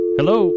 Hello